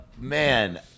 Man